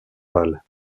pâle